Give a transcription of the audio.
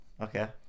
Okay